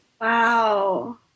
Wow